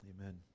Amen